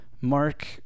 Mark